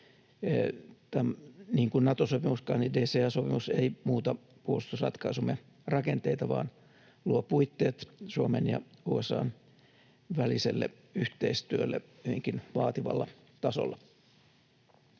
Niin kuin Nato-sopimus, DCA-sopimuskaan ei muuta puolustusratkaisumme rakenteita, vaan luo puitteet Suomen ja USA:n väliselle yhteistyölle hyvinkin vaativalla tasolla.